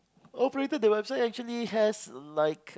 operating the website actually has like